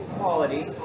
quality